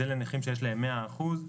זה לנכים שיש להם מאה אחוזים.